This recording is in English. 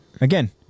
again